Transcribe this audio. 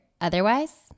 otherwise